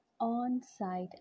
on-site